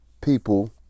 people